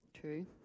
True